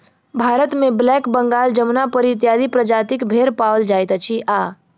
भारतमे ब्लैक बंगाल, जमुनापरी इत्यादि प्रजातिक भेंड़ पाओल जाइत अछि आ